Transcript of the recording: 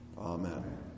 Amen